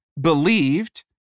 believed